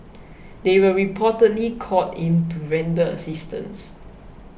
they were reportedly called in to render assistance